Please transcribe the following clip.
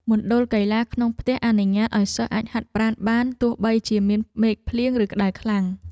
មណ្ឌលកីឡាក្នុងផ្ទះអនុញ្ញាតឱ្យសិស្សអាចហាត់ប្រាណបានទោះបីជាមានមេឃភ្លៀងឬក្តៅខ្លាំង។